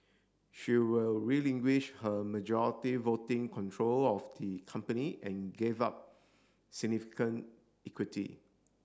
she will relinquish her majority voting control of the company and gave up significant equity